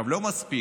לא מספיק,